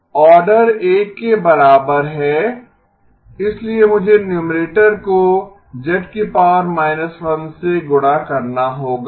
order 1 के बराबर है इसलिए मुझे न्यूमरेटर को z−1 से गुणा करना होगा